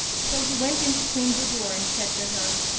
so he went in to queen budur and said to her,